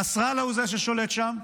נסראללה הוא זה ששולט שם,